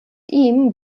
ihm